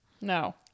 No